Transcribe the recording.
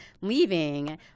leaving